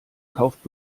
kauft